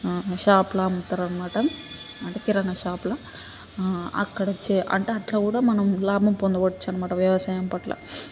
షాప్లో అమ్ముతారు అనమాట అంటే కిరాణా షాప్లో అక్కడ చే అంటే అట్లా కూడా మనం లాభం పొందవచ్చు అనమాట వ్యవసాయం పట్ల